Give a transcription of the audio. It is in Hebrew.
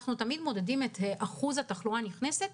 אנחנו תמיד מודדים את אחוז התחלואה הנכנסת,